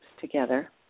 together